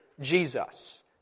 Jesus